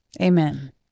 Amen